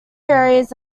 areas